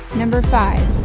number five